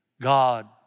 God